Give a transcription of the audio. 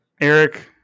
eric